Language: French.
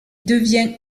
devient